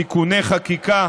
תיקוני חקיקה